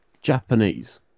Japanese